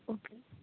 okay